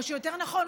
או יותר נכון,